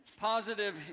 positive